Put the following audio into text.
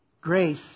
Grace